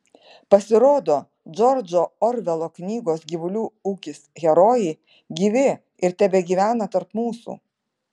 pasirodo džordžo orvelo knygos gyvulių ūkis herojai gyvi ir tebegyvena tarp mūsų